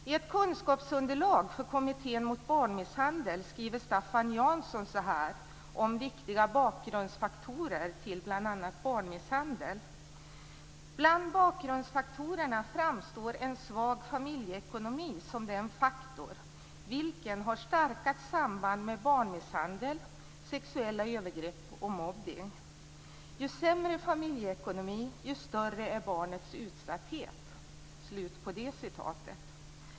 I ett kunskapsunderlag för Kommittén mot barnmisshandel skriver Staffan Jansson så här om viktiga bakgrundsfaktorer till bl.a. barnmisshandel: "Bland bakgrundsfaktorerna framstår en svag familjeekonomi som den faktor, vilken har starkast samband med barnmisshandel, sexuella övergrepp och mobbning. Ju sämre familjeekonomi ju större är barnens utsatthet."